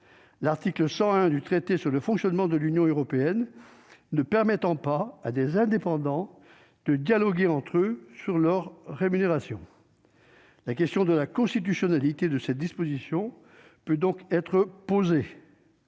l'article 101 du traité sur le fonctionnement de l'Union européenne ne permettant pas à des indépendants de dialoguer entre eux concernant leur rémunération. La question de la constitutionnalité de cette disposition peut donc être posée.